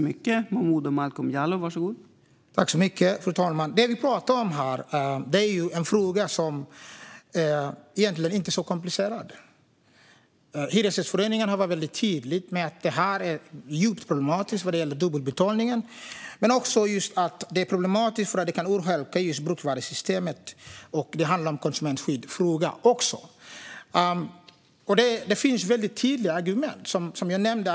Fru talman! Det vi talar om här är en fråga som egentligen inte är särskilt komplicerad. Hyresgästföreningen har varit väldigt tydlig med att detta är djupt problematiskt vad gäller dubbelbetalningen. Det är också problematiskt just för att det kan urholka bruksvärdessystemet, och det är även en konsumentskyddsfråga. Det finns väldigt tydliga argument, som jag nämnde.